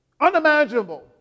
unimaginable